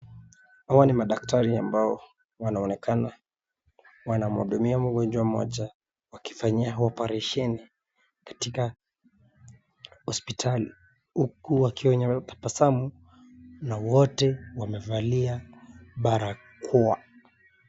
Hawa ni madaktari ambao wanaonekana wanamhudumia mgonjwa mmoja wakifanya oparesheni katika hospitali uku wakiwa wametabasamu na wote wamevalia barakoa.